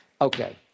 Okay